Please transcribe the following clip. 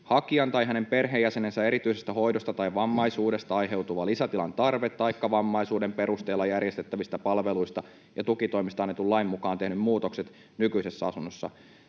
”hakijan tai hänen perheenjäsenensä erityisestä hoidosta tai vammaisuudesta aiheutuva lisätilan tarve, taikka vammaisuuden perusteella järjestettävistä palveluista ja tukitoimista annetun lain mukaan tehdyt muutokset nykyisessä asunnossa”.